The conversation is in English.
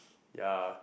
ya